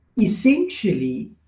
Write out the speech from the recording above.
essentially